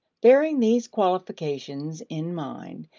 bearing these qualifications in mind,